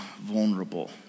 vulnerable